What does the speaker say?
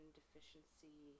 deficiency